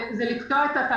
יש לנו כמה מטלות לפני זה.